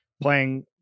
playing